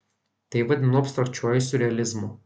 tai vadinu abstrakčiuoju siurrealizmu